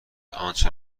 آنچه